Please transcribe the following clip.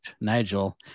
Nigel